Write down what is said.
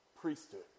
priesthood